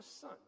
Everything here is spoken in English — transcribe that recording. son